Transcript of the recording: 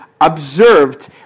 observed